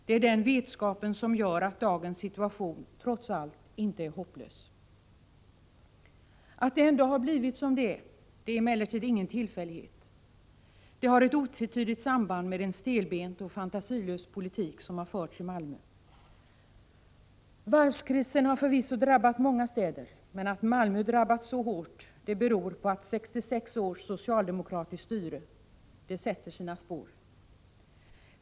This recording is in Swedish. Det är den vetskapen som gör att dagens situation trots allt inte är hopplös. Att det ändå har blivit som det blivit är emellertid ingen tillfällighet. Det har ett otvetydigt samband med den stelbenta och fantasilösa politik som har förts i Malmö. Varvskrisen har förvisso drabbat många städer, men att Malmö drabbats så hårt beror på att 66 års socialdemokratiskt styre sätter sina spår.